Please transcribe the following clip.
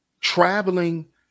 Traveling